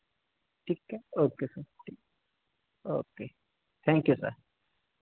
ठीक है okay sir ठीक ओके थैंक यू सर